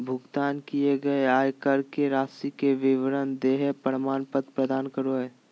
भुगतान किए गए आयकर के राशि के विवरण देहइ प्रमाण पत्र प्रदान करो हइ